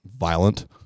violent